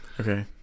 Okay